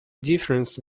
difference